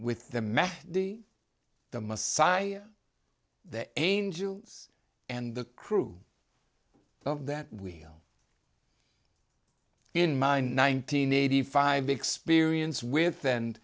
math the the messiah the angels and the crew of that we in my nineteen eighty five experience with and